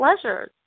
pleasures